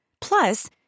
Plus